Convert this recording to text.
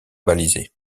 balisé